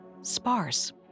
sparse